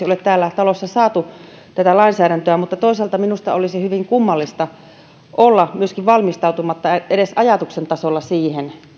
ole tässä talossa saatu vielä valmiiksi mutta toisaalta minusta olisi myöskin hyvin kummallista olla valmistautumatta edes ajatuksen tasolla siihen